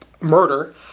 murder